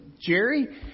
Jerry